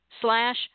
slash